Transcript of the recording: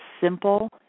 simple